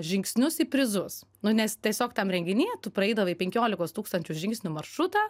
žingsnius į prizus nu nes tiesiog tam renginy tu praeidavai penkiolikos tūkstančių žingsnių maršrutą